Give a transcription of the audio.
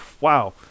wow